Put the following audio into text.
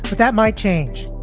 that might change